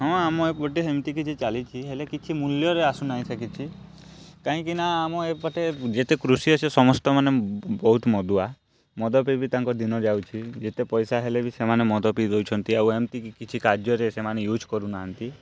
ହଁ ଆମ ପଟେ ହେମତି କିଛି ଚାଲିଛି ହେଲେ କିଛି ମୂଲ୍ୟରେ ନାହିଁ ସେ କିଛି କାହିଁକି ନା ଆମ ଏପଟେ ଯେତେ କୃଷି ଅଛେ ବହୁତ ମଦୁଆ ମଦ ପିଇ ପିଇ ତାଙ୍କ ଦିନ ଯାଉଛି ଯେତେ ପଇସା ହେଲେ ବି ସେମାନେ ମଦ ପିଇ ଦେଉଛନ୍ତି ଆଉ ଏମିତି କି କାର୍ଯ୍ୟରେ ସେମାନେ ୟୁଜ୍ କରୁନାହାନ୍ତି